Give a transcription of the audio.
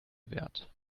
wert